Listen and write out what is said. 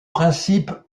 principes